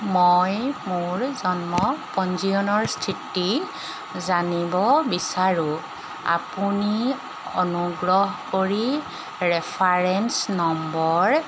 মই মোৰ জন্ম পঞ্জীয়নৰ স্থিতি জানিব বিচাৰোঁ আপুনি অনুগ্ৰহ কৰি ৰেফাৰেন্স নম্বৰ